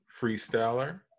freestyler